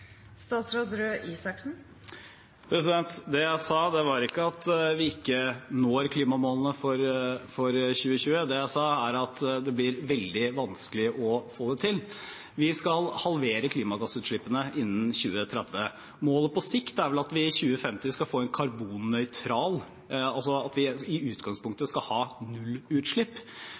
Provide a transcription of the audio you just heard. Det jeg sa, var ikke at vi ikke når klimamålene for 2020. Det jeg sa, er at det blir veldig vanskelig å få det til. Vi skal halvere klimagassutslippene innen 2030. Målet på sikt er vel at vi i 2050 skal være karbonnøytrale, at vi i utgangspunktet skal ha nullutslipp.